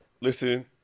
listen